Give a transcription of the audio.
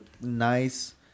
nice